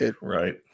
Right